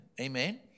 Amen